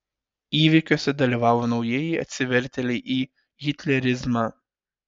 įvykiuose dalyvavo naujieji atsivertėliai į hitlerizmą